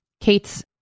Kate's